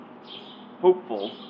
hopeful